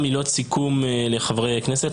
מילות סיכום לחברי הכנסת.